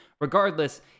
Regardless